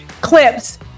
clips